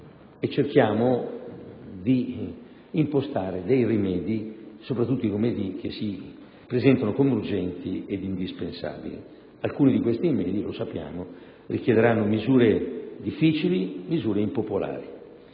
e cerchiamo di impostare dei rimedi, soprattutto quelli che si presentano come urgenti ed indispensabili; alcuni di questi rimedi - lo sappiamo - richiederanno misure difficili, misure impopolari.